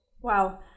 Wow